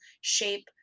shape